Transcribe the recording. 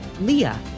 Leah